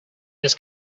this